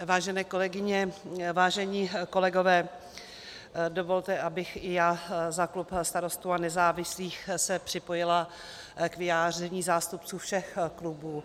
Vážení kolegyně, vážení kolegové, dovolte, abych se i já za klub Starostů a nezávislých připojila k vyjádření zástupců všech klubů.